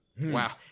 Wow